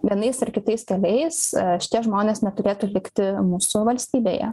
vienais ar kitais keliais šitie žmonės neturėtų likti mūsų valstybėje